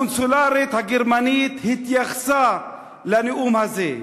הקנצלרית הגרמנייה התייחסה לנאום הזה.